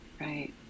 right